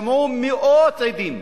שמעו מאות עדים,